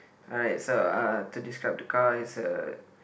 alright so uh to describe the car is a